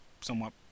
somewhat